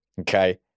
Okay